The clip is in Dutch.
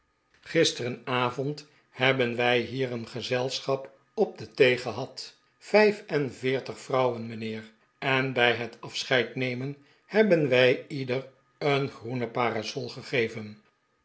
gisteravond hebben wij hier een gezelschap op de thee gehad vijf en veertig vrouwen mijnheer en bij het afscheidnemen hebben wij ieder een groene parasol gegeven